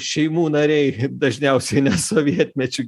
šeimų nariai dažniausiai sovietmečiu